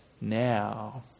now